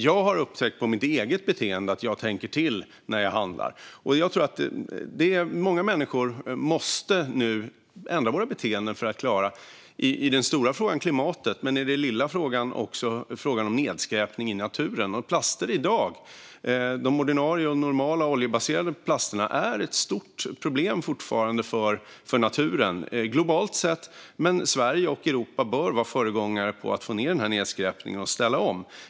Jag har märkt på mitt eget beteende att jag tänker till när jag handlar, och jag tror att många människor nu måste ändra beteende för att klara den stora frågan om klimatet men också den lilla frågan om nedskräpning i naturen. De ordinarie och normala oljebaserade plasterna är fortfarande ett stort problem för naturen globalt sett. Sverige och Europa bör vara föregångare för att få ned den här nedskräpningen och ställa om.